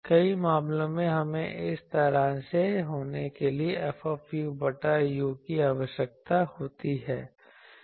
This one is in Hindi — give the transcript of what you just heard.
कई मामलों में हमें इस तरह से होने के लिए F बटा u की आवश्यकता होती है